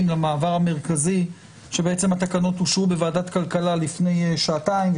למעבר המרכזי כשהתקנות אושרו בוועדת הכלכלה לפני שעתיים,